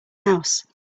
house